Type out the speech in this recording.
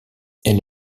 elle